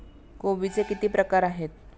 कोबीचे किती प्रकार आहेत?